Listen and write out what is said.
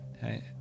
hey